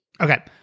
Okay